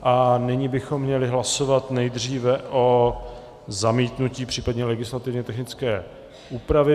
A nyní bychom měli hlasovat nejdříve o zamítnutí, případně legislativně technické úpravě.